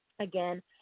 again